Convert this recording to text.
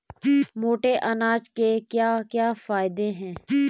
मोटे अनाज के क्या क्या फायदे हैं?